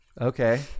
Okay